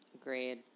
Agreed